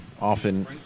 often